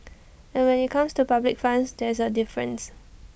but when IT comes to public funds there is A difference